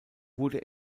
wurde